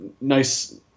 nice